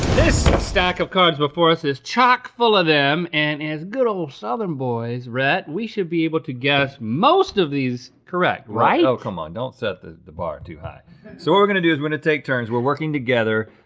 this stack of cards before us is chock full of them, and as good ol' southern boys, rhett, we should be able to guess most of these correct, right? oh, come on. don't set the the bar too high. so what we're gonna do is we're gonna take turns. we're working together.